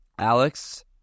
Alex